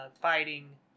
fighting